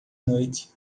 noite